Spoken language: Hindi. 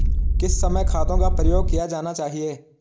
किस समय खादों का प्रयोग किया जाना चाहिए?